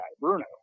Bruno